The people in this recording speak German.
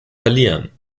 verlieren